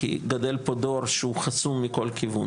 כי גדל פה דור שהוא חסום מכל כיוון.